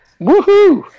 woohoo